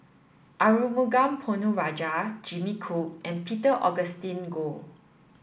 Arumugam Ponnu Rajah Jimmy Chok and Peter Augustine Goh